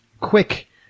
quick